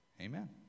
amen